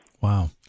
Wow